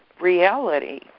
reality